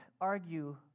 argue